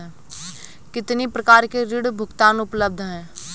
कितनी प्रकार के ऋण भुगतान उपलब्ध हैं?